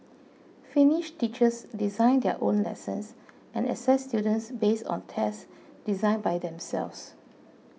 finnish teachers design their own lessons and assess students based on tests designed by themselves